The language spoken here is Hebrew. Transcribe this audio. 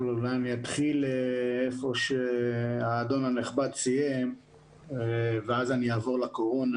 אני אתחיל איפה שהאדון הנכבד סיים ואז אני אחזור לקורונה.